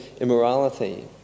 immorality